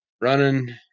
running